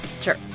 Sure